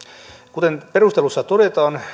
kuten perusteluissa todetaan